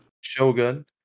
Shogun